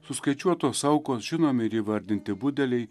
suskaičiuotos aukos žinomi ir įvardinti budeliai